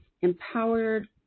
empowered